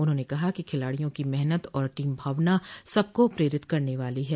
उन्होंने कहा कि खिलाडियों की मेहनत और टीम भावना सबको प्रेरित करने वाली है